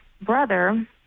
brother